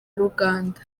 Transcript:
ruganda